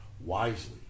wisely